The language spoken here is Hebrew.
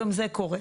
גם זה קורה.